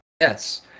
Yes